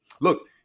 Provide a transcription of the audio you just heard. Look